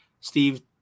Steve